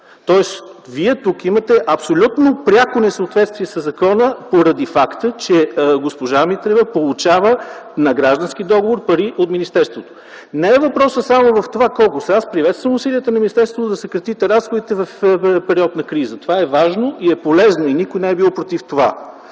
Тоест Вие тук имате абсолютно пряко несъответствие със закона, поради факта че госпожа Митрева получава на граждански договор пари от министерството. Не е въпросът само в това колко са. Приветствам усилията на министерството да съкратите разходите в период на криза. Това е важно и полезно, никой не е бил против това.